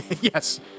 Yes